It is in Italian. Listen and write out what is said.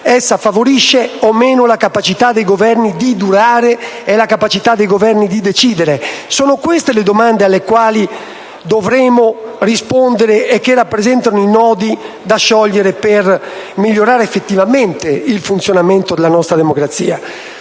essa favorisce o meno la capacità dei Governi di durare e di decidere. Sono queste le domande alle quali dovremo rispondere e che rappresentano i nodi da sciogliere per migliorare effettivamente il funzionamento della nostra democrazia.